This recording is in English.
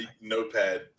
notepad